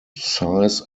size